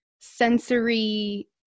sensory